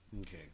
Okay